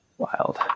wild